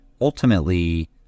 ultimately